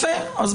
אני לא